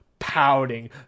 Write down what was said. pouting